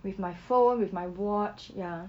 with my phone with my watch ya